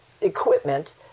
equipment